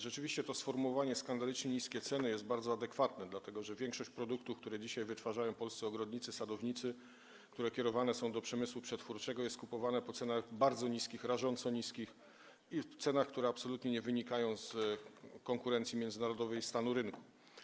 Rzeczywiście to sformułowanie „skandalicznie niskie ceny” jest bardzo adekwatne, dlatego że większość produktów, które dzisiaj wytwarzają polscy ogrodnicy, sadownicy, które kierowane są do przemysłu przetwórczego, jest skupowana po cenach bardzo niskich, rażąco niskich, cenach, które absolutnie nie wynikają z międzynarodowej konkurencji i stanu rynku.